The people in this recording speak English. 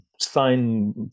sign